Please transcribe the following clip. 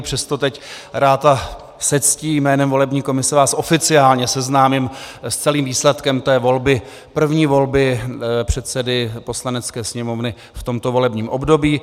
Přesto vás teď rád a se ctí jménem volební komise oficiálně seznámím s celým výsledkem té volby, první volby předsedy Poslanecké sněmovny v tomto volebním období.